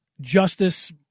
Justice